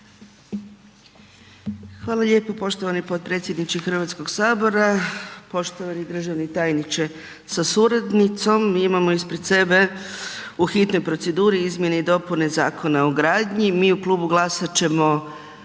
Hvala lijepo poštovani potpredsjedniče HS, poštovani državni tajniče sa suradnicom, mi imamo ispred sebe u hitnoj proceduri izmjene i dopune Zakona o gradnji, mi u Klubu GLAS-a ćemo